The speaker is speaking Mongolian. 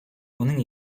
үнэн